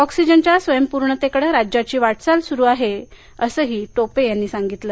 ऑक्सिजनच्या स्वयंतेपूर्णतेकडे राज्याची वाटचाल सुरु आहे असंही त्यांनी सांगितलं